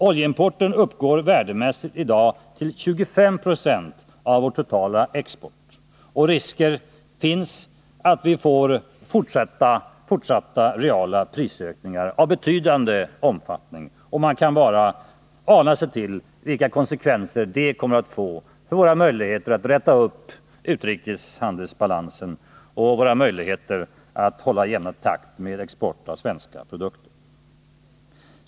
Oljeimporten uppgår i dag värdemässigt till 25 90 av vår totala export, och risker finns för fortsatta reala prisökningar av betydande omfattning. Man kan bara ana sig till vilka konsekvenser det kommer att få för våra möjligheter att rätta till utrikeshandelsbalansen och hålla en jämn takt med export av svenska produkter.